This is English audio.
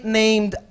named